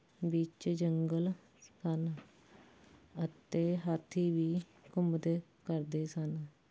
ਵਿੱਚ ਜੰਗਲ ਸਨ ਅਤੇ ਹਾਥੀ ਵੀ ਘੁੰਮਦੇ ਕਰਦੇ ਸਨ